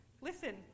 listen